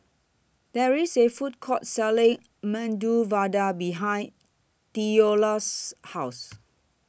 There IS A Food Court Selling Medu Vada behind Theola's House